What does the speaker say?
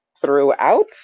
throughout